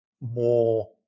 more